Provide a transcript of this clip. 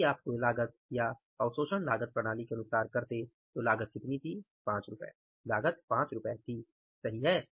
यदि आप कुल लागत या अवशोषण लागत प्रणाली के अनुसार करते तो लागत कितनी थी 5 रु सही है